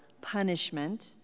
punishment